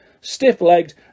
Stiff-legged